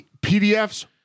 PDFs